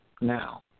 now